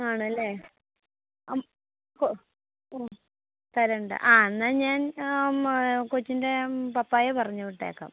ആണല്ലേ ഹ് ഹ തരേണ്ട ആ എന്നാൽ ഞാൻ കൊച്ചിൻ്റെ പപ്പായെ പറഞ്ഞു വിട്ടേക്കാം